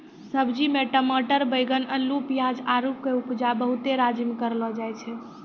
सब्जी मे टमाटर बैगन अल्लू पियाज आरु के उपजा बहुते राज्य मे करलो जाय छै